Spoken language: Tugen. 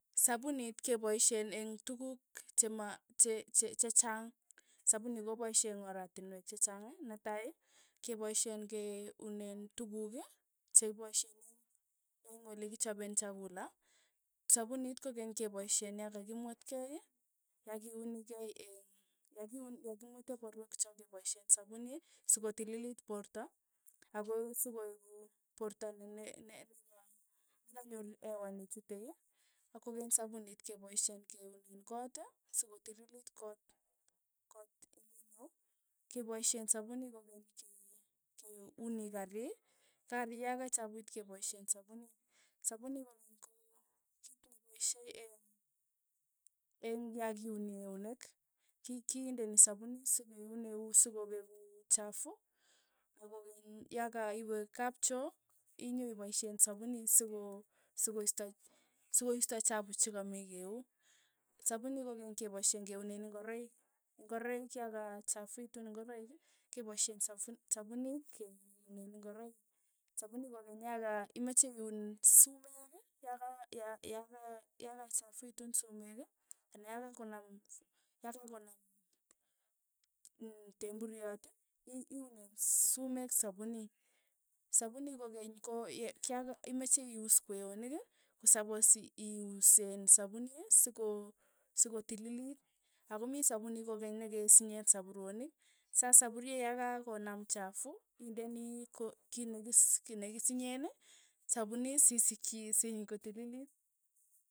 Sapunit kepaishen eng' tukuk chema che- che- chechang, sapuni kopaishe eng' oratinwek chechaang. netai kepaishen ke unen tukuk che kipaishen eng' eng' olekichapee chakula, sapunit kokeny kepaishen ya kakimwet kei. yakiuni kei eng' yakiun yakimwete porweek chok kepaishen sapunii sikotilit porto ako sikoeku porto ne- ne- neka neka nyor hewa nechutei, akokeny sapunit kepaishen keunen koot sokotililit koot, koot ing'wenyu, kepaishen sapunit kokeny ke keuni kari, kari ya kachapuit kepaishen sapuni, sapuni kokeny ko kit nepaishe eng' eng' yakiuni keunek, ki- kindeni sapuni sikeun eut sokopeku chafu, ako keny ya ka iwe kapchoo, imyo ipaishe sapuni soko soko isto soko isto chapu chakami keu, sapuni kokeny kepaishe keuni ingoroik, ingoroik ya kachafuitu ingoroik kepaishen safuni sapunit ke unen ingoroik, saouni kokeny ya ka imache iun sumek, yaka ya- ya yaka yaka chafuitu sumek anan ya kakonam ya kakonam mm temburiot, i- i- iunen sumeek sapuni, sapuni kokeny ko ye kya imache iuus kweonik ii, kosapos iusen sapuni soko sokotililit, ako mi sapuni kokeny nekesinye sapuronik, sasa sapurie yaka konam chafu indeni ko kit nekisi nekisinyeen sapuni sisikchi isiny kotililit.